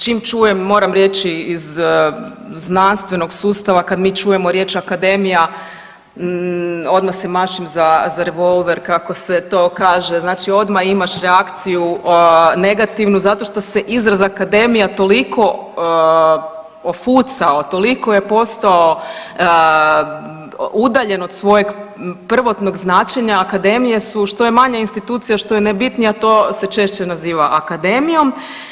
Čim čujem, moram reći iz znanstvenog sustava kad mi čujemo riječ akademija odmah se mašim za, za revolver kako se to kaže, znači odmah imaš reakciju negativnu zato što se izraz akademije toliko ofucao, toliko je postao udaljen od svojeg prvotnog značenja akademije su što je manja institucija, što je ne bitnija to se češće naziva akademijom.